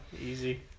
easy